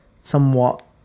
somewhat